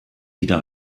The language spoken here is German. wieder